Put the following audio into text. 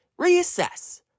reassess